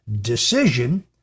decision